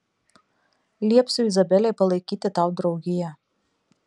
liepsiu izabelei palaikyti tau draugiją